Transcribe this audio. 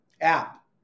app